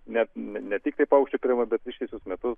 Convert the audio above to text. net ne tiktai paukščių perėjimo bet ištisus metus